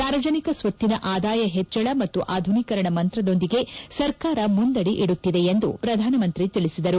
ಸಾರ್ವಜನಿಕ ಸ್ವತ್ತಿನ ಆದಾಯ ಹೆಚ್ಚಳ ಮತ್ತು ಆಧುನೀಕರಣ ಮಂತ್ರದೊಂದಿಗೆ ಸರ್ಕಾರ ಮುಂದದಿ ಇಡುತ್ತಿದೆ ಎಂದು ಪ್ರಧಾನಮಂತ್ರಿ ತಿಳಿಸಿದರು